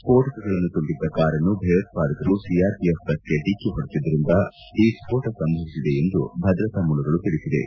ಸ್ಫೋಟಕಗಳನ್ನು ತುಂಬಿದ್ದ ಕಾರನ್ನು ಭಯೋತ್ಪಾದಕರು ಸಿಆರ್ಪಿಎಫ್ ಬಸ್ಗೆ ಡಿಕ್ಕೆ ಹೊಡೆಸಿದ್ದರಿಂದ ಈ ಸ್ಫೋಟ ಸಂಭವಿಸಿದೆ ಎಂದು ಭದ್ರತಾ ಮೂಲಗಳು ತಿಳಿಸಿವೆ